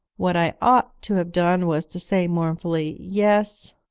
what i ought to have done was to say mournfully, yes,